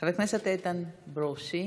חבר הכנסת איתן ברושי,